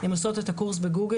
הן עושות את הקורס בגוגל,